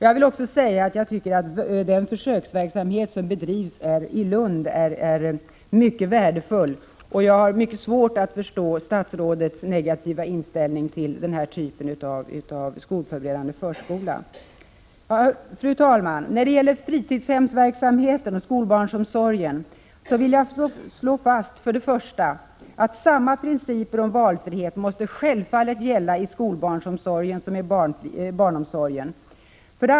Jag vill också säga att jag tycker att den försöksverksamhet som bedrivs i Lund är mycket värdefull. Jag har svårt att förstå statsrådets negativa inställning till den här typen av skolförberedande förskola. Fru talman! När det gäller fritidshemsverksamheten och skolbarnsomsorgen vill jag slå fast följande: För det första måste självfallet samma principer om valfrihet gälla i skolbarnsomsorgen som i barnomsorgen.